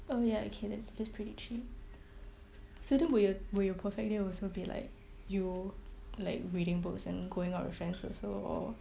oh ya okay that's that's pretty cheap so then will your will your perfect day also be like you like reading books and going out with friends also or